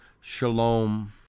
Shalom